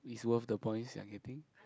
is worth the points you're getting